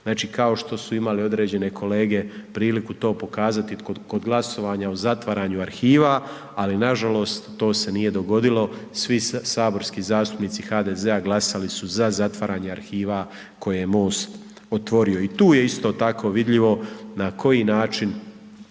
Znači, kao što su imale određene kolege priliku to pokazati kod glasovanja o zatvaranju arhiva, ali nažalost to se nije dogodilo, svi saborski zastupnici HDZ-a glasali su za zatvaranje arhiva koje je MOST otvorio i tu je isto tako vidljivo na koji način